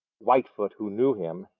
whitefoot, who knew him,